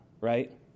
right